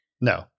No